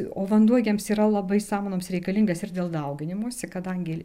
o vanduo jiems yra labai samanoms reikalingas ir dėl dauginimosi kadangi